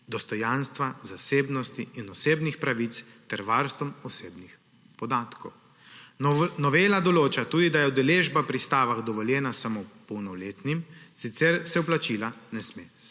dostojanstva, zasebnosti in osebnih pravic ter varstvom osebnih podatkov. Novela določa tudi, da je udeležba pri stavah dovoljena samo polnoletnim, sicer se vplačila ne sme